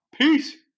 Peace